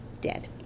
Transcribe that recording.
dead